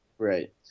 Right